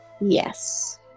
Yes